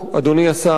אדוני השר,